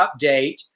update